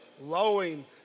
lowing